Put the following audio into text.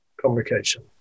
communication